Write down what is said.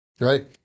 Right